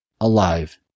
alive